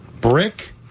brick